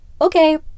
okay